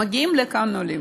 מגיעים לכאן עולים,